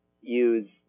use